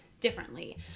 differently